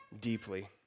deeply